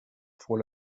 pour